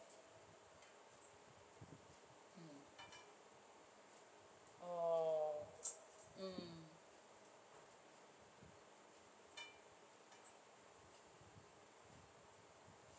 mm hmm mm